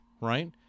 right